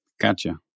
gotcha